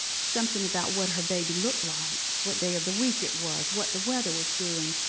something about what her baby looked like, what day of the week it was, what the weather was doing,